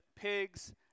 pigs